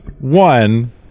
one